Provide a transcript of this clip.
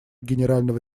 генерального